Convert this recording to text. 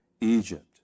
egypt